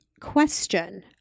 question